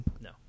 No